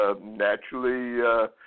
Naturally